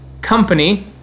company